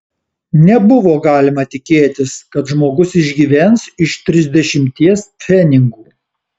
nebuvo galima tikėtis kad žmogus išgyvens iš trisdešimties pfenigų